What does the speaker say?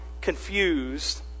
confused